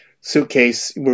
suitcase